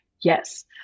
yes